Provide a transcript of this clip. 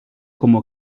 como